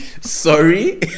Sorry